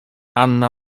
anna